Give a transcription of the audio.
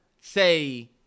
say